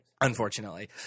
Unfortunately